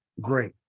great